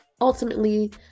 ultimately